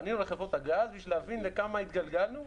פנינו לחברות הגז בשביל להבין לכמה התגלגלנו,